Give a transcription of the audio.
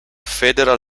federal